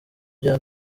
bya